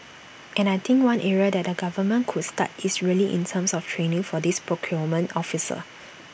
and I think one area that the government could start is really in terms of training for these procurement officers